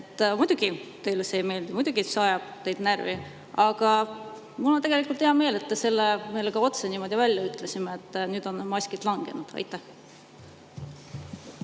Muidugi teile see ei meeldi, muidugi see ajab teid närvi, aga mul on tegelikult hea meel, et te selle meile ka niimoodi otse välja ütlesite. Nüüd on maskid langenud. Härra